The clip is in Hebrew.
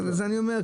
אז אני אומר,